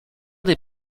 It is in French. des